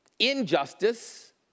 Injustice